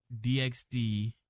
DXD